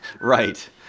Right